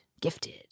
gifted